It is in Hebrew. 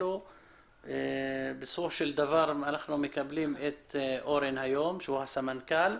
אנחנו מקבלים את אורן, שהוא הסמנכ"ל.